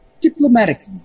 diplomatically